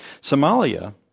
Somalia